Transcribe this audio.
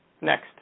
Next